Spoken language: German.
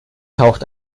taucht